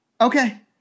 Okay